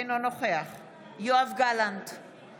אינו נוכח יואב גלנט, בעד